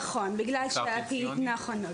נכון.